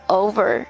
over